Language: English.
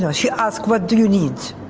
yeah she asked what do you need?